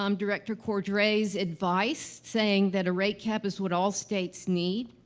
um director cordray's advice, saying that a rate cap is what all states need,